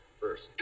first